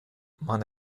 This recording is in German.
man